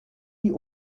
die